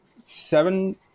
seven